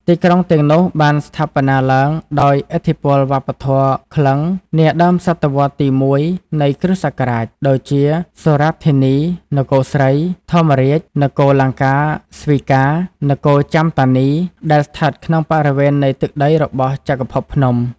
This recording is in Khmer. ទីក្រុងទាំងនោះបានស្ថាបនាឡើងដោយ ឥទ្ធិពលវប្បធម៌ក្លិង្គ នាដើមសតវត្សរ៍ទី១ នៃគ្រិស្តសករាជ ដូចជា សុរាតធានី នគរស្រី ធម្មរាជ នគរលង្កាស្វីកា នគរចាំតានី ដែលស្ថិតក្នុងបរិវេណនៃទឹកដីរបស់ ចក្រភពភ្នំ។